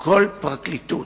כל פרקליטות,